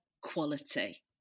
quality